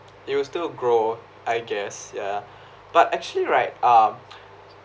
it will still grow I guess ya but actually right uh